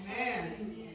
Amen